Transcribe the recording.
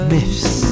Myths